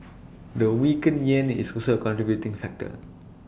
the weakened Yen is also A contributing factor